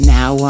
Now